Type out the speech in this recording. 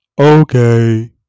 Okay